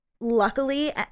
luckily